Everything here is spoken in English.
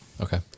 Okay